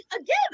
again